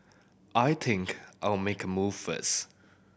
I think I'll make a move first